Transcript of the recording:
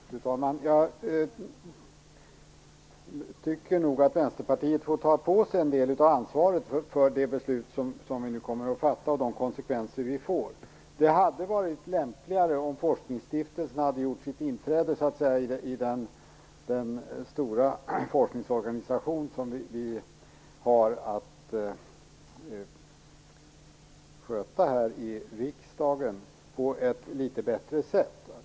Fru talman! Jag tycker nog att Vänsterpartiet får ta på sig en del av ansvaret för det beslut riksdagen nu kommer att fatta och de konsekvenser det får. Det hade varit lämpligare om forskningsstiftelserna på ett litet bättre sätt hade gjort sitt inträde i den stora forskningsorganisation riksdagen har att sköta.